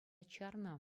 чарнӑ